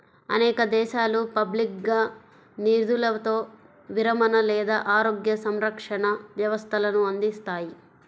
అనేక దేశాలు పబ్లిక్గా నిధులతో విరమణ లేదా ఆరోగ్య సంరక్షణ వ్యవస్థలను అందిస్తాయి